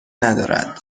ندارد